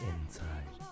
Inside